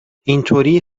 اینطوری